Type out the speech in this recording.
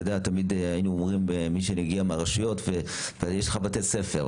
תמיד היינו אומרים מי שמגיע מהרשויות יש לך בתי ספר,